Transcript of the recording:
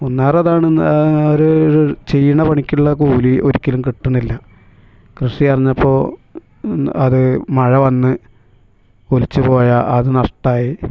ഒന്നാറതാണ് ന അവർ ചെയ്യണ പണിക്കുള്ള കൂലി ഒരിക്കലും കിട്ടണില്ല കൃഷി എറിഞ്ഞപ്പോൾ അതു മഴ വന്നു ഒലിച്ചു പോയ അതു നഷ്ടമായി